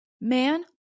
man